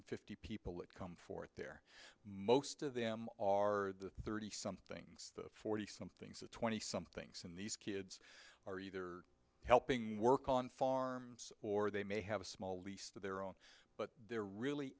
hundred fifty people that come forth there most of them are the thirty somethings the forty somethings the twenty somethings and these kids are either helping work on farms or they may have a small lease that their own but they're really